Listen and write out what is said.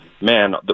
man